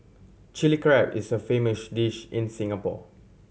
Chilli Crab is a famous dish in Singapore